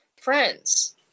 friends